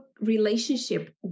relationship